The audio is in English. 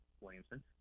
Williamson